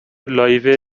لایو